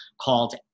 called